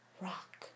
rock